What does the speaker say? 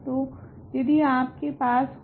तो यदि आपके पास हो